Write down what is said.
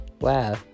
wow